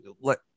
let